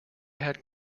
had